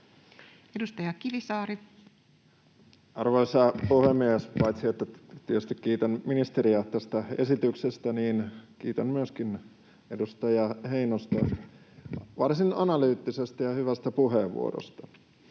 Edustaja Kivisaari. Arvoisa puhemies! Paitsi että tietysti kiitän ministeriä tästä esityksestä, niin kiitän myöskin edustaja Heinosta varsin analyyttisestä ja hyvästä puheenvuorosta.